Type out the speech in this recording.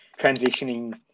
transitioning